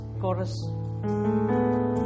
chorus